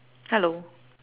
hello